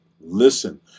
Listen